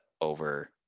over